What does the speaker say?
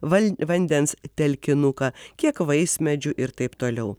val vandens telkinuką kiek vaismedžių ir taip toliau